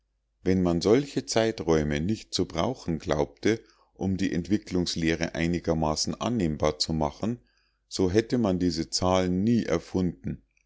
wenn man solche zeiträume nicht zu brauchen glaubte um die entwicklungslehre einigermaßen annehmbar zu machen so hätte man diese zahlen nie erfunden